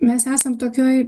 mes esam tokioj